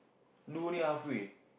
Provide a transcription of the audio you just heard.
do already half way